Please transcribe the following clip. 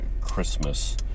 Christmas